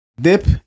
dip